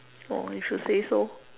oh if you say so